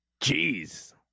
Jeez